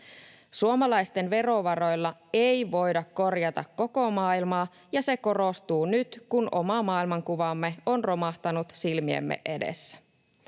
Suomalaisten verovaroilla ei voida korjata koko maailmaa, ja se korostuu nyt, kun oma maailmankuvamme on romahtanut silmiemme edessä.